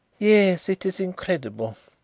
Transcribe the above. yes it is incredible.